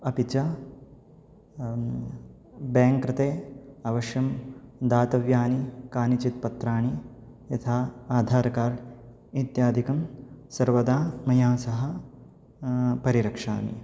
अपि च बेङ्क् कृते अवश्यं दातव्यानि कानिचित् पत्राणि यथा आधार् कार्ड् इत्यादिकं सर्वदा मया सह परिरक्षामि